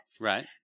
right